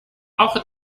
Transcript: auch